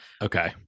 okay